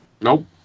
Nope